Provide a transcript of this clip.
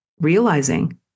realizing